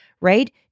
right